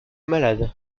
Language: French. malade